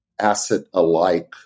asset-alike